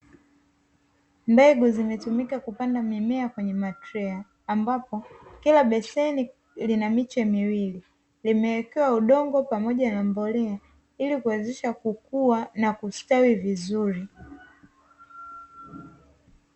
Mbegu zimetumika kupanda mimea kwenye matrea, ambapo kila beseni lina miche miwili, limeeekewa udongo pamoja na mbolea ili kuwezesha kukua na kuatawi vizuri.